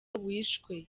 wishwe